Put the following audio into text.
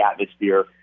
Atmosphere